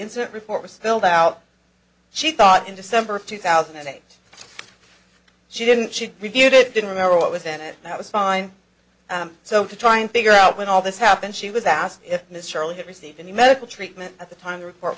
incident report was filled out she thought in december of two thousand and eight she didn't she reviewed it didn't remember what was in it that was fine so to try and figure out when all this happened she was asked if miss shirley had received any medical treatment at the time the report